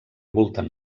voltant